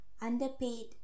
underpaid